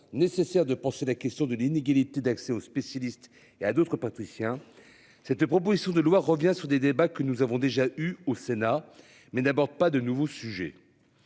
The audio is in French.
nécessaire de penser la question de l'inégalité d'accès aux spécialistes, et à d'autres patricien cette proposition de loi Robien sous des débats que nous avons déjà eu au Sénat. Mais d'abord pas de nouveau sujet.